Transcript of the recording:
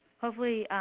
hopefully,